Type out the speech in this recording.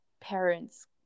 parents